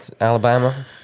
Alabama